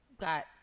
got